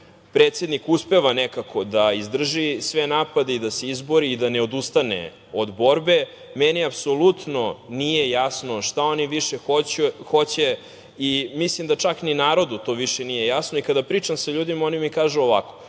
predsednik uspeva nekako da izdrži sve napade i da se izbori i da ne odustane od borbe. Meni apsolutno nije jasno šta oni više hoće i mislim da čak ni narodu to više nije jasno i kada pričam sa ljudima oni mi kažu ovako